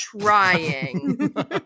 trying